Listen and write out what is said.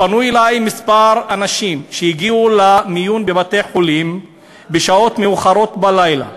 פנו אלי כמה אנשים שהגיעו למיון בבתי-חולים בשעות מאוחרות בלילה.